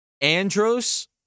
Andros